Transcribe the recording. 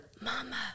Mama